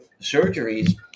surgeries